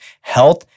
health